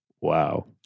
Wow